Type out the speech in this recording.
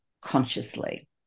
consciously